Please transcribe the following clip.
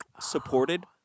Supported